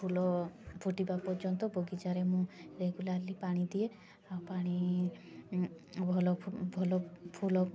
ଫୁଲ ଫୁଟିବା ପର୍ଯ୍ୟନ୍ତ ବଗିଚାରେ ମୁଁ ରେଗୁଲାରଲି ପାଣି ଦିଏ ଆଉ ପାଣି ଭଲ ଭଲ ଫୁଲ